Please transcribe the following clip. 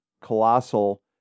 colossal